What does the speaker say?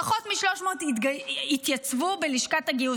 פחות מ-300 התייצבו בלשכת הגיוס.